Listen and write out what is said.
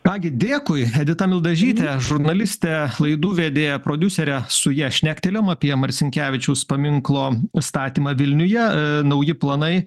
ką gi dėkui edita mildažytė žurnalistė laidų vedėja prodiuserė su ja šnektelėjom apie marcinkevičiaus paminklo statymą vilniuje nauji planai